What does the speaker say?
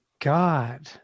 God